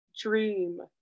dream